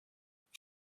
like